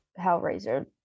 Hellraiser